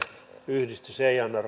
yhdistys